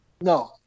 No